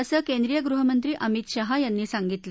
असं केंद्रीय गृहमंत्री अमित शहा यांनी सांगितलं